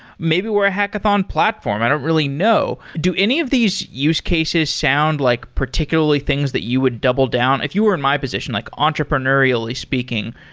maybe we're a hackathon platform. i don't really know. do any of these use cases sound like particularly things that you would double down? if you were on my position, like entrepreneurially speaking,